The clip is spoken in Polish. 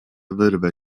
wyrwę